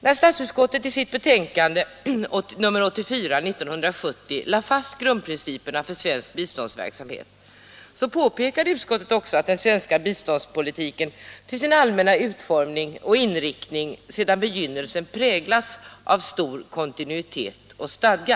När statsutskottet i sitt betänkande nr 84 år 1970 lade fast grundprinciperna för svensk biståndsverksamhet påpekade utskottet att den svenska biståndspolitiken till sin allmänna utformning och inriktning sedan begynnelsen präglats av stor kontinuitet och stadga.